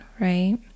right